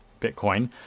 Bitcoin